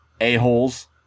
a-holes